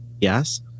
yes